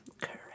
Correct